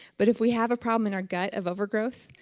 but if we have a problem in our gut of overgrowth,